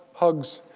hugs,